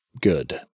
good